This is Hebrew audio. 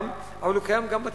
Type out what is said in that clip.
אבל הוא קיים גם בתכנון.